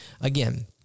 again